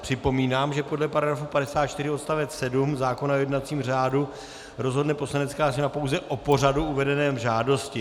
Připomínám, že podle § 54 odst. 7 zákona o jednacím řádu rozhodne Poslanecká sněmovna pouze o pořadu uvedeném v žádosti.